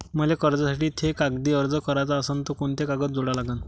मले कर्जासाठी थे कागदी अर्ज कराचा असन तर कुंते कागद जोडा लागन?